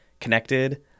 connected